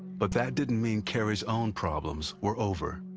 but that didn't mean caheri's own problems were over.